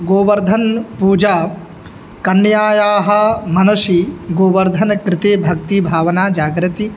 गोवर्धन पूजा कन्यायाः मनसि गोवर्धनकृते भक्ति भावना जागर्ति